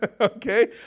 okay